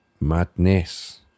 madness